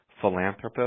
philanthropist